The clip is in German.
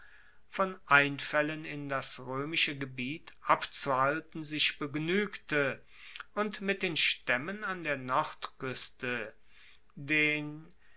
von einfaellen in das roemische gebiet abzuhalten sich begnuegte und mit den staemmen an der nordkueste den